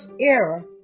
era